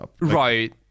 Right